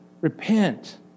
repent